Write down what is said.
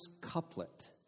couplet